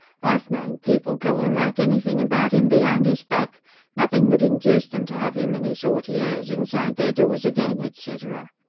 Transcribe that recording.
i've known people go on like anything about im behind is back nothing would induce them to have im and is haughty airs inside their doors again, etcetera.